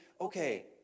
okay